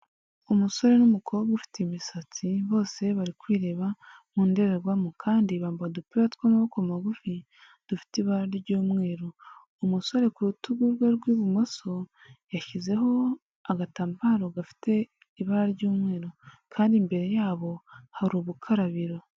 Umusore n'umukobwa ufite imisatsi, bose bari kwireba mu ndererwamo kandi bambaye udupira tw'amaboko magufi dufite ibara ry'umweru. Umusore ku rutugu rwe rw'ibumoso, yashyizeho agatambaro gafite ibara ry'umweru kandi imbere yabo, hari ubukarabiro.